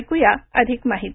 ऐक्रया अधिक माहिती